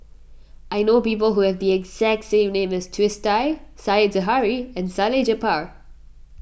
I know people who have the exact name as Twisstii Said Zahari and Salleh Japar